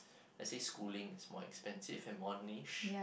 let say schooling is more expensive and more niche